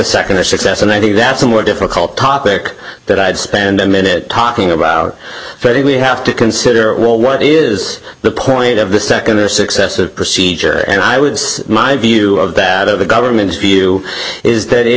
second a success and i think that's a more difficult topic that i'd spend a minute talking about but if we have to consider what is the point of the second or successive procedure and i was in my view of that of the government's view is that it